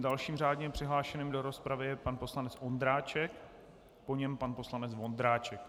Dalším řádně přihlášeným do rozpravy je pan poslanec Ondráček, po něm pan poslanec Vondráček.